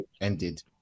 ended